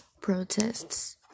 protests